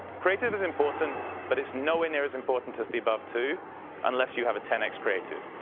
creative is important but it's nowhere near as important as the above two unless you have a ten x creative.